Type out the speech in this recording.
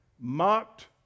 Mocked